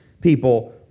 people